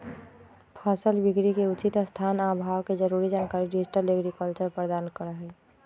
फसल बिकरी के उचित स्थान आ भाव के जरूरी जानकारी डिजिटल एग्रीकल्चर प्रदान करहइ